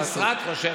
המשרד חושב כך.